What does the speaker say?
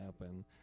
happen